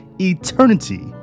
eternity